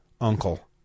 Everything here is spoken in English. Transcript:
uncle